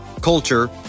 culture